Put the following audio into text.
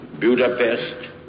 Budapest